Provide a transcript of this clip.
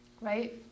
right